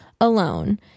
alone